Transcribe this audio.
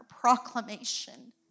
proclamation